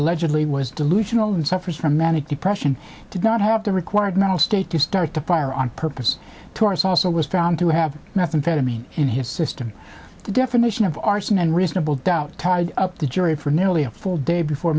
allegedly was delusional and suffers from manic depression did not have the required mental state to start the fire on purpose taurus also was found to have nothing to me in his system the definition of arson and reasonable doubt tied up the jury for nearly a full day before